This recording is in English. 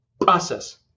process